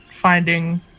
Finding